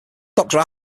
doctor